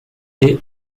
est